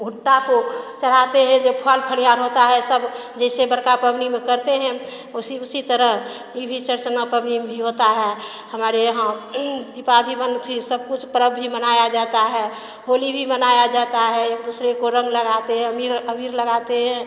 भुट्टा को चढ़ाते हैं जो फल फलिहान होता है सब जैसे बड़का पवनी में करते हैं उसी उसी तरह ये भी चरचन्ना पवनी में भी होता है हमारे यहाँ दीपा भी बन थी सब कुछ पर्व भी मनाया जाता है होली भी मनाया जाता है एक दूसरे को रंग लगाते हैं अमीर अबीर लगाते हैं